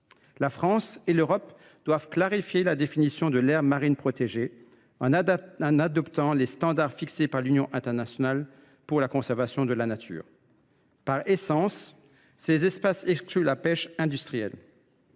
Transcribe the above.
La France et l’Europe doivent clarifier la définition de l’aire marine protégée en adoptant les standards fixés par l’Union internationale pour la conservation de la nature. Par essence, ces espaces excluent la pêche industrielle.